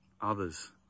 others